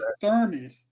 thermos